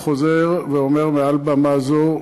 וחוזר ואומר מעל במה זו,